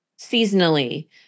seasonally